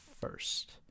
first